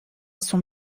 son